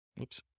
Oops